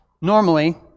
Normally